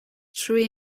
true